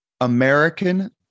American